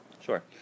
Sure